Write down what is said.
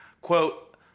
Quote